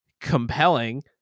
compelling